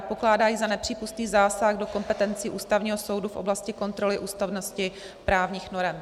Pokládá ji za nepřípustný zásah do kompetencí Ústavního soudu v oblasti kontroly ústavnosti právních norem.